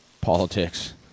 politics